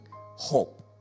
hope